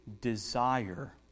desire